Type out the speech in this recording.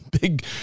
big